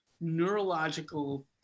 neurological